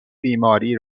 بیماری